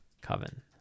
coven